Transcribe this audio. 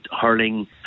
hurling